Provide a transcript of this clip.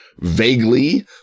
vaguely